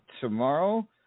Tomorrow